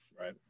Right